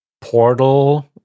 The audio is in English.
portal